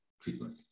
treatment